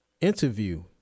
interview